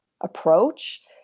approach